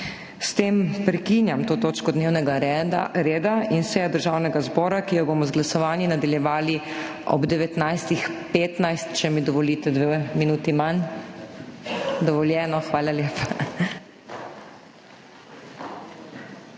S tem prekinjam to točko dnevnega reda in sejo Državnega zbora, ki jo bomo z glasovanji nadaljevali ob 19.15, če mi dovolite dve minuti manj. Dovoljeno. Hvala lepa.